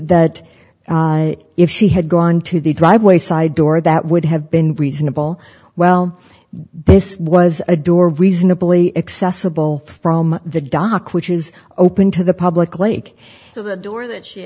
that if she had gone to the driveway side door that would have been reasonable well this was a door reasonably excess a bowl from the dock which is open to the public lake so the door that she